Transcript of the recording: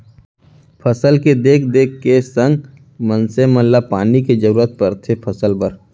फसल के देख देख के संग मनसे मन ल पानी के जरूरत परथे फसल बर